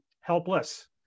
helpless